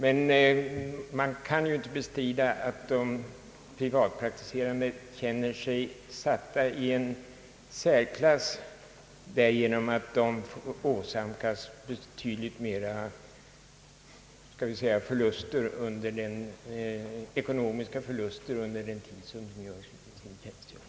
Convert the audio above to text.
Men det kan ju inte bestridas att de privatpraktiserande läkarna känner sig satta i särklass därigenom att de åsamkas betydligt större ekonomiska förluster under den tid som de deltar i denna utbildning.